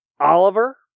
Oliver